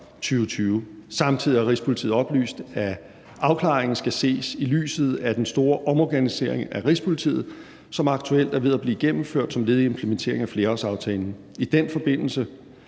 Samtidig har Rigspolitiet oplyst, at afklaringen skal ses i lyset af den store omorganisering af Rigspolitiet, som aktuelt er ved at blive gennemført som led i implementeringen af flerårsaftalen. I den forbindelse